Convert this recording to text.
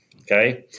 okay